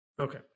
Okay